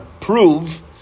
prove